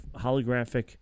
holographic